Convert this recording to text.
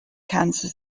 cancer